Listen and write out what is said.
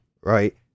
right